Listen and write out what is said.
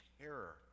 terror